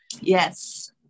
yes